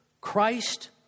Christ